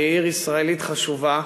שהיא עיר ישראלית חשובה,